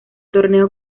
torneo